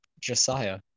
Josiah